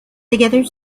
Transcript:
together